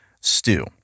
stew